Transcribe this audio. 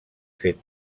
fet